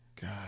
God